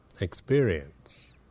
experience